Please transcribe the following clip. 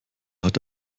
hat